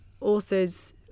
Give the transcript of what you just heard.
authors